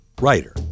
writer